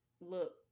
look